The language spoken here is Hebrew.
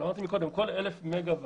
אבל אמרתי קודם שכל 1,000 מגה-ואט